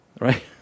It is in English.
right